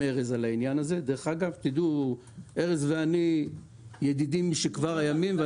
ארז ואני ידידים משכבר הימים.